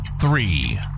three